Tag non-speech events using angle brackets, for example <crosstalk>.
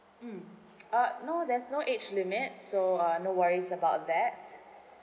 mm <noise> uh no there's no age limit so uh no worries about that